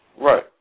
Right